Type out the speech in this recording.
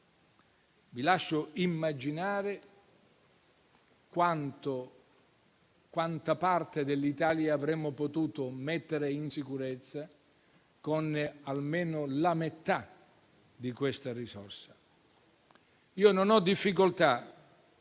Vi lascio immaginare quanta parte dell'Italia avremmo potuto mettere in sicurezza con almeno la metà di questa risorsa. Non ho difficoltà,